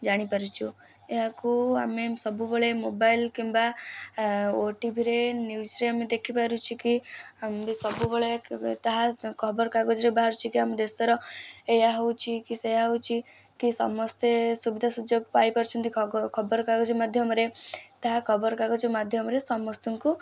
ଜାଣିପାରିଛୁ ଏହାକୁ ଆମେ ସବୁବେଳେ ମୋବାଇଲ୍ କିମ୍ବା ଓଟିଭିରେ ନିୟୁଜ୍ରେ ଆମେ ଦେଖିପାରୁଛୁ କି ଆମେ ବି ସବୁବେଳେ ତାହା ଖବରକାଗଜରେ ବାହାରୁଛି କି ଆମ ଦେଶର ଏଇଆ ହେଉଛି କି ସେଇଆ ହେଉଛି କି ସମସ୍ତେ ସୁବିଧା ସୁଯୋଗ ପାଇପାରୁଛନ୍ତି ଖବରକାଗଜ ମାଧ୍ୟମରେ ତାହା ଖବରକାଗଜ ମାଧ୍ୟମରେ ସମସ୍ତୁଙ୍କୁ